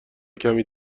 کمی